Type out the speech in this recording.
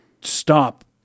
stop